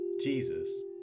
Jesus